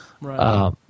Right